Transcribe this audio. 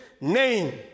name